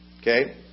Okay